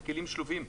זה כלים שלובים.